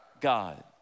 God